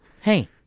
Hey